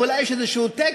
ואולי יש איזה תקן,